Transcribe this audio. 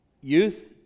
youth